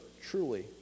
truly